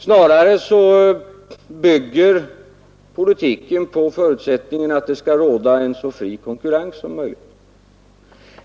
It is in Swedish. Snarare bygger politiken nu på förutsättningen att det skall råda en så fri konkurrens som möjligt.